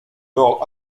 l’ordre